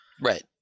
Right